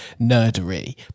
nerdery